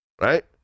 right